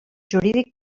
jurídic